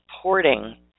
supporting